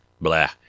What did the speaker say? blah